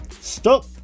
Stop